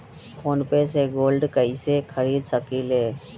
Phone पे से gold कईसे खरीद सकीले?